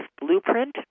blueprint